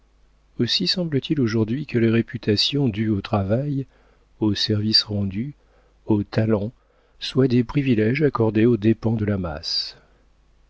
aussi semble-t-il aujourd'hui que les réputations dues au travail aux services rendus au talent soient des priviléges accordés aux dépens de la masse